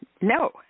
No